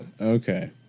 Okay